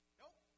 nope